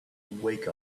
wake